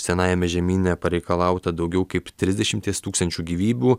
senajame žemyne pareikalauta daugiau kaip trisdešimties tūkstančių gyvybių